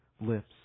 lips